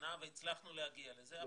המתנה והצלחנו להגיע לזה,